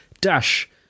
dash